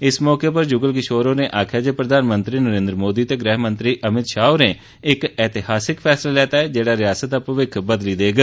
इस मौके पर ज्गल किशोर होरें आक्खेया जे प्रधानमंत्री नरेन्द्र मोदी ते गृहमंत्री अमित शाह होरें इक ऐतिहासिक फैसला लैता ऐ जेड़ा रियासत दा भविक्ख बदली देग